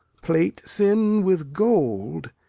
plate sin with gold,